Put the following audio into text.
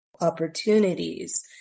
opportunities